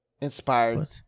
inspired